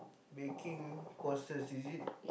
baking courses is it